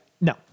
No